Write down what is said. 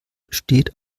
steht